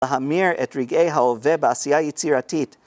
להמיר את רגעי ההוה בעשייה יצירתית.